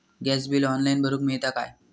Gas bill online भरुक मिळता काय?